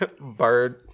Bird